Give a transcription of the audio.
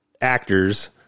actors